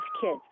kids